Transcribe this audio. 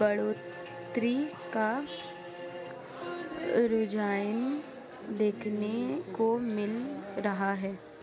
बढ़ोत्तरी का रुझान देखने को मिल रहा है